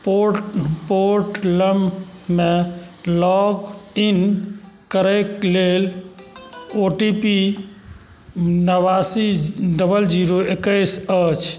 कोविन पोर्टलमे लॉगिन करैके लेल ओ टी पी नवासी डबल जीरो एकैस अछि